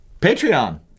Patreon